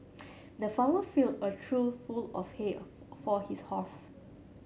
the farmer filled a trough full of hay for his horse